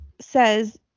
says